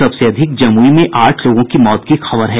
सबसे अधिक जमुई में आठ लोगों की मौत की खबर है